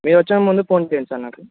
మీరు వచ్చే ముందు ఫోన్ చేయండి సార్ నాకు